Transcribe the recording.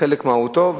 בחלק מהותו.